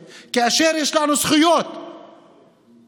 כאשר יש לנו תביעות אזרחיות,